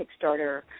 Kickstarter